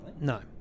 No